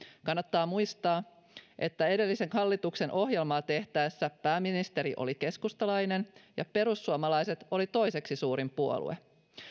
kannattaa muistaa että edellisen hallituksen ohjelmaa tehtäessä pääministeri oli keskustalainen ja perussuomalaiset oli toiseksi suurin puolue